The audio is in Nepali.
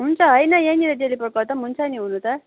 हुन्छ होइन यहीँनिर डेलिभर गर्दा पनि हुन्छ नि हुन त